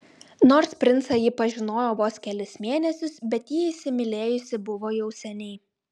nors princą ji pažinojo vos kelis mėnesius bet jį įsimylėjusi buvo jau seniai